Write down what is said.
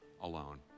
alone